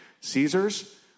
Caesars